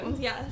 yes